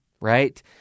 right